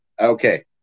Okay